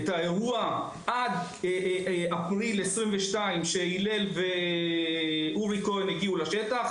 חלק אחד הוא עד לרגע בו אורי כהן והלל הגיעו לשטח,